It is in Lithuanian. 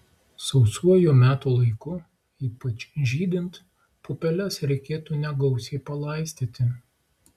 sausuoju metų laiku ypač žydint pupeles reikėtų negausiai palaistyti